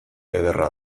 ederra